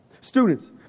Students